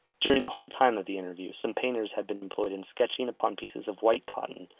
during the whole time of the interview, some painters had been employed in sketching upon pieces of white cotton,